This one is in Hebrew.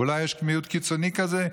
אולי יש מיעוט קיצוני כזה.